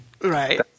Right